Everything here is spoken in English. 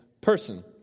person